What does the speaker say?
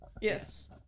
Yes